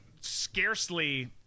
scarcely